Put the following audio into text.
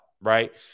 right